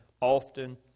often